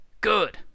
Good